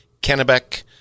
Kennebec